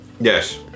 Yes